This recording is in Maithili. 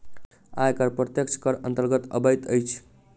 आयकर प्रत्यक्ष करक अन्तर्गत अबैत अछि